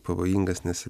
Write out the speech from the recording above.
pavojingas nes